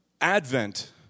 Advent